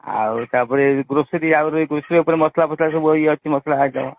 ଆଉ ତାପରେ ଗ୍ରୋସରୀ ଆହୁରି ଗ୍ରୋସରୀ ଓପରେ ମସଲା ଫସଲା ସବୁ ଏଇ ଅଛି ମସଲା